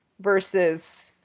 versus